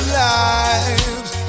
lives